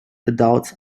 adults